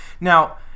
Now